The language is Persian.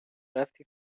رفتی